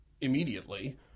Immediately